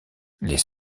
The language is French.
les